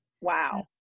Wow